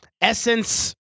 essence